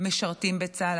משרתים בצה"ל.